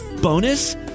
Bonus